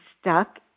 stuck